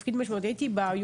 בתפקיד משמעותי הייתי באה,